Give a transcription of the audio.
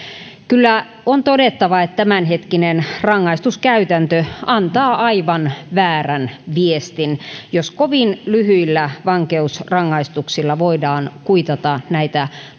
kyllä todettava että tämänhetkinen rangaistuskäytäntö antaa aivan väärän viestin jos kovin lyhyillä vankeusrangaistuksilla voidaan kuitata näitä